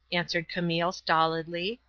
answered camille, stolidly.